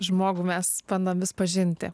žmogų mes bandom vis pažinti